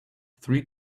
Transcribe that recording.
three